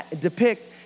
depict